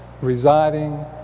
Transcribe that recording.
residing